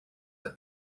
the